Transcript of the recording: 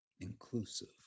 inclusive